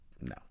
no